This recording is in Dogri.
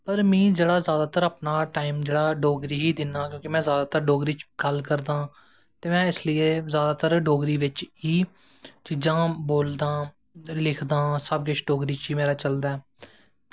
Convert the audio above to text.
पर में जैदातर अपना टैम जेह्ड़ा डोगरी गी ही दिन्ना आं क्योंकि में जैदातर डोगरी च गल्ल करदा आं ते में इस करियै जैदातर डोगरी बिच्च ही चीजां बोलदां आं दिखदा आं सब किश मेरा डोगरी बिच्च ही चलदा ऐ